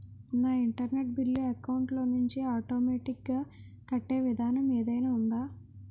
నా ఇంటర్నెట్ బిల్లు అకౌంట్ లోంచి ఆటోమేటిక్ గా కట్టే విధానం ఏదైనా ఉందా?